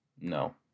no